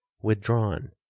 withdrawn